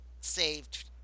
saved